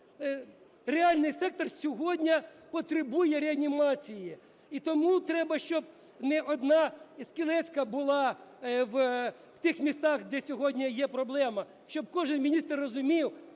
реальний сектор сьогодні потребує реанімації. І тому треба, щоб не одна Скалецька була в тих місцях, де сьогодні є проблема, щоб кожен міністр розумів,